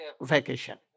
vacation